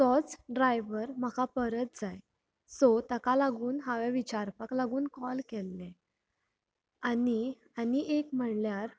तोच ड्रायवर म्हाका परत जाय सो ताका लागून हांवें विचारपाक लागून कॉल केल्ले आनी आनी एक म्हणल्यार